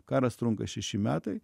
karas trunka šeši metai